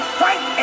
fight